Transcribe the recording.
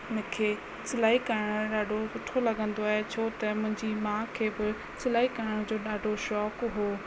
मूंखे सिलाई करण ॾाढो सुठो लॻंदो आहे छो त मुंहिंजी माउ खे बि सिलाई करण जो ॾाढो शौक़ु हो